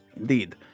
Indeed